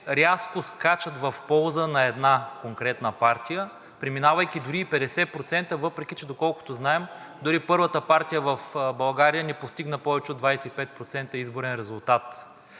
рязко скачат в полза на една конкретна партия, преминавайки дори и 50%, въпреки че, доколкото знаем, дори първата партия в България не постигна повече от 25% изборен резултат?